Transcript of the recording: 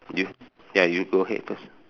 you ya you go ahead first